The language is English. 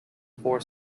four